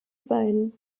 sein